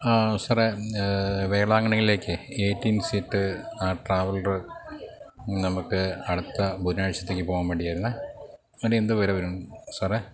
സാറേ വേളാങ്കണ്ണിയിലേക്കേ eighteen seat traveller നമുക്ക് അടുത്ത ബുധനാഴ്ച്ചത്തേക്ക് പോവാന് വേണ്ടിയായിരുന്നെ അതിനെന്ത് വില വരും സാറെ